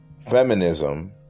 feminism